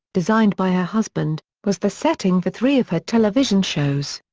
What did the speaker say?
designed by her husband, was the setting for three of her television shows.